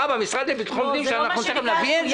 במשרד לביטחון פנים שאנחנו תיכף נביא?